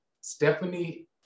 Stephanie